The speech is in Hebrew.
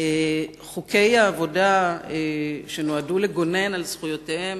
חוקי העבודה שנועדו לגונן על זכויותיהם